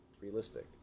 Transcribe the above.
realistic